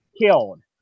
killed